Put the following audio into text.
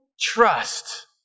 trust